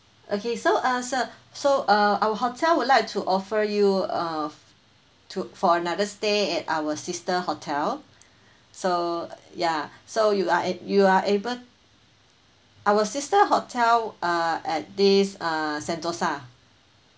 okay so uh sir so uh our hotel would like to offer you have uh to for another stay at our sister hotel so ya so you are a~ you are able our sister hotel uh at this uh sentosa